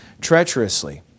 treacherously